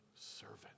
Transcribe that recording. servant